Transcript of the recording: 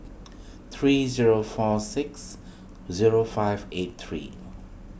three zero four six zero five eight three